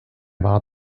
war